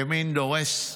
ימין דורס,